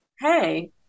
Hey